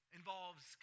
involves